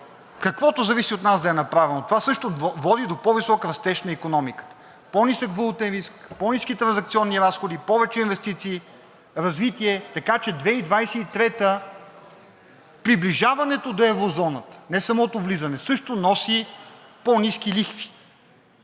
каквото зависи от нас, да е направено. Това също води до по-висок растеж на икономиката – по-нисък валутен риск, по-ниски транзакционни разходи, повече инвестиции, развитие, така че 2023 г., приближаването до еврозоната, не самото влизане, също носи по-ниски лихви,